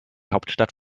hauptstadt